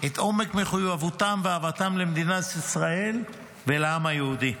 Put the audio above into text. את עומק מחויבותם ואהבתם למדינת ישראל ולעם היהודי.